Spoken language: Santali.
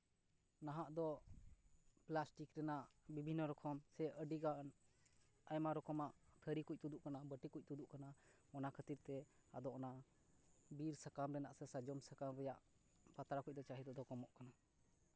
ᱱᱟᱦᱟᱜ ᱫᱚ ᱯᱞᱟᱥᱴᱤᱠ ᱨᱮᱱᱟᱜ ᱵᱤᱵᱷᱤᱱᱱᱚ ᱨᱚᱠᱚᱢ ᱥᱮ ᱟᱹᱰᱤᱜᱟᱱ ᱟᱭᱢᱟ ᱨᱚᱠᱚᱢᱟᱜ ᱛᱷᱟᱹᱨᱤ ᱠᱚ ᱛᱩᱫᱩᱜ ᱠᱟᱱᱟ ᱵᱟᱹᱴᱤ ᱠᱚ ᱛᱩᱫᱩᱜ ᱠᱟᱱᱟ ᱚᱱᱟ ᱠᱷᱟᱹᱛᱤᱨ ᱛᱮ ᱟᱫᱚ ᱚᱱᱟ ᱵᱤᱨ ᱥᱟᱠᱟᱢ ᱨᱮᱱᱟᱜ ᱥᱮ ᱥᱟᱨᱡᱚᱢ ᱥᱟᱠᱟᱢ ᱨᱮᱭᱟᱜ ᱯᱟᱛᱲᱟ ᱠᱚᱫᱚ ᱪᱟᱹᱦᱤᱫᱟ ᱫᱚ ᱠᱚᱢᱚᱜ ᱠᱟᱱᱟ